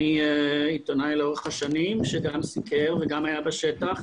אני עיתונאי לאורך השנים שגם סיקר וגם היה בשטח,